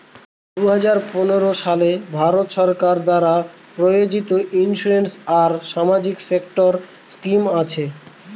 দুই হাজার পনেরো সালে ভারত সরকার দ্বারা প্রযোজিত ইন্সুরেন্স আর সামাজিক সেক্টর স্কিম আছে